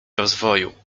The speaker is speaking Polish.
rozwoju